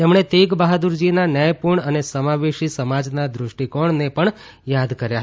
તેમણે તેગ બહાદુરજીના ન્યાયપૂર્ણ અને સમાવેશી સમાજના દૃષ્ટિકોણને પણ યાદ કર્યા હતા